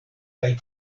kaj